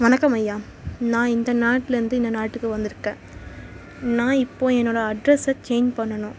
வணக்கம் ஐயா நான் இந்த நாட்டிலேருந்து இந்த நாட்டுக்கு வந்திருக்கேன் நான் இப்போது என்னோடய அட்ரஸ்ஸை சேஞ்ச் பண்ணணும்